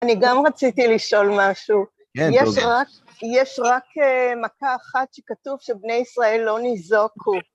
אני גם רציתי לשאול משהו. כן, תודה. יש רק מכה אחת שכתוב שבני ישראל לא ניזוקו.